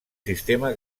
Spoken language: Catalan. sistema